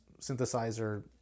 synthesizer